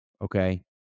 Okay